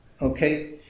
Okay